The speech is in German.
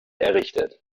errichtet